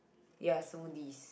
yes smoothie